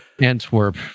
Antwerp